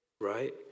Right